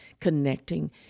connecting